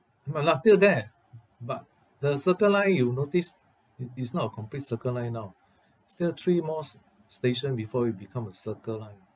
my line still there but the circle line you notice it is not a complete circle line now still three more s~ station before it become a circle line